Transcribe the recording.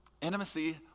Intimacy